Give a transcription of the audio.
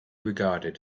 regarded